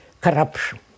corruption